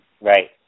Right